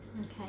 okay